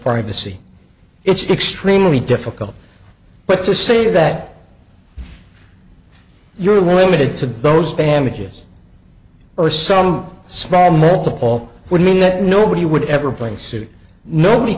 privacy it's extremely difficult but to say that you're limited to those bandages or some small meant to paul would mean that nobody would ever play suit nobody